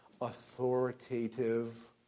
authoritative